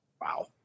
Wow